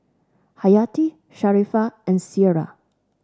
Hayati Sharifah and Syirah